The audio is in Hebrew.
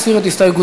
הסיר את הסתייגותו.